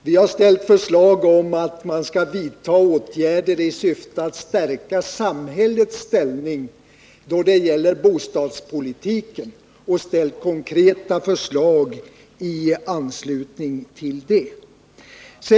Vi har bara föreslagit att åtgärder skall vidtas i syfte att stärka samhällets ställning då det gäller bostadspolitiken och lagt fram konkreta förslag i anslutning till det.